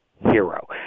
hero